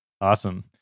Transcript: Awesome